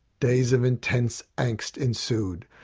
days of intense angst ensued,